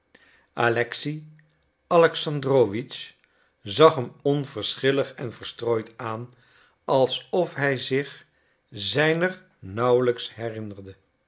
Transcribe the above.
alexei alexandrowitsch zag hem onverschillig en verstrooid aan alsof hij zich zijner nauwelijks herinnerde